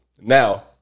Now